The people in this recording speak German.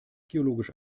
geologisch